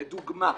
לדוגמה.